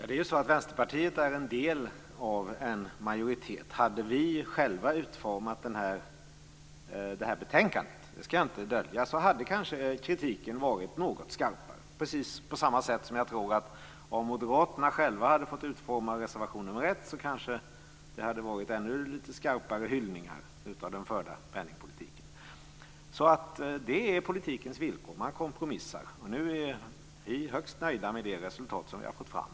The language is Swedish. Fru talman! Vänsterpartiet är en del av en majoritet. Hade vi själva utformat det här betänkandet - det skall jag inte dölja - hade kritiken kanske varit något skarpare. På samma sätt tror jag att om moderaterna själva hade fått utforma reservation nr 1 hade det kanske varit ännu lite skarpare hyllningar av den förda penningpolitiken. Det är politikens villkor. Man kompromissar. Nu är vi högst nöjda med det resultat som vi har fått fram.